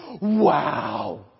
wow